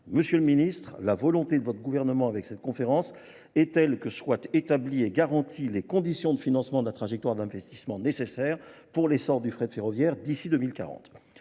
Monsieur le Ministre, la volonté de votre gouvernement avec cette conférence est telle que soit établie et garantie les conditions de financement de la trajectoire d'investissement nécessaire pour l'essor du frais de ferroviaire d'ici 2040.